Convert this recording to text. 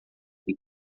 que